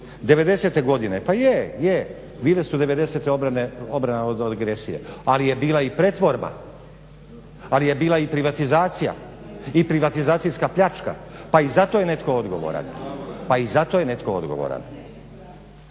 godine, pa je, je bile su devedesete obrana od agresije ali je bila i pretvorba, ali je bila i privatizacija i privatizacijska pljačka pa je i zato je netko odgovoran.